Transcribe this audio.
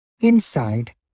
Inside